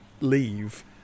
leave